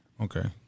Okay